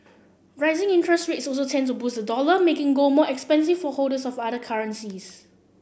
rising interest rates also tend to boost the dollar making gold more expensive for holders of other currencies